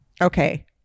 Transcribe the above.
Okay